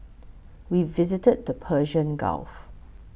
we visited the Persian Gulf